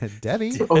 Debbie